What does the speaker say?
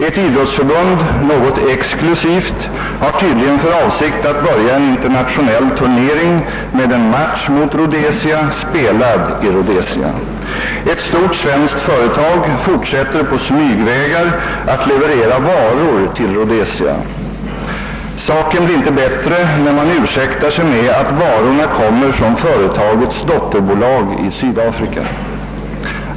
Ett idrottsförbund, något exklusivt, har tydligen för avsikt att börja en internationell turnering med en match mot Rhodesia, spelad i Rhodesia. Ett stort svenskt företag fortsätter på smygvägar att leverera varor till Rhodesia. Saken blir inte bättre av att man ursäktar sig med att varorna kom mer från företagets dotterbolag i Sydafrika.